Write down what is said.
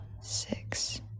six